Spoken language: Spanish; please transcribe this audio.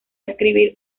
escribir